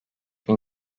bin